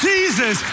Jesus